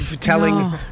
telling